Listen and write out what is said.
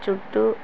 చుట్టూ